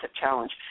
challenge